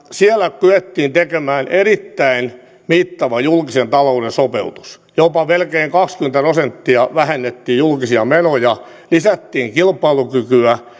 siellä kyettiin tekemään erittäin mittava julkisen talouden sopeutus jopa melkein kaksikymmentä prosenttia vähennettiin julkisia menoja lisättiin kilpailukykyä